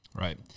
Right